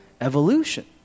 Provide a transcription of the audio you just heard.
evolution